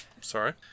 Sorry